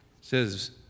says